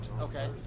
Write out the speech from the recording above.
Okay